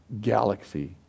galaxy